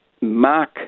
Mark